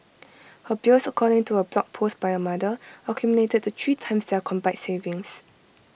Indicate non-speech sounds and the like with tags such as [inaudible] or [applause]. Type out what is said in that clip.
[noise] her bills according to A blog post by her mother accumulated to three times their combined savings